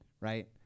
right